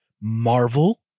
Marvel